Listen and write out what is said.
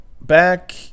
back